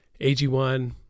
AG1